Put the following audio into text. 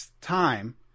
time